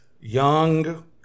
young